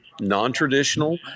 Non-traditional